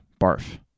BARF